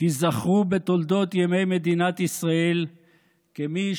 תיזכרו בתולדות ימי מדינת ישראל כמי